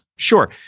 Sure